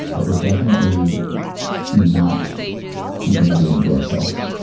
but we are definitely not keeping everything to ourselves.